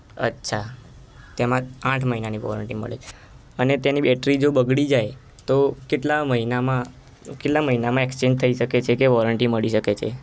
અચ્છા તેમાં આઠ મહિનાની વોરેન્ટી મળે અને તેની બેટરી જો બગડી જાય તો કેટલા મહિનામાં કેટલા મહિનામાં એક્સચેન્ચ થઈ શકે છે કે વોરેન્ટી મળી શકે છે